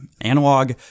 Analog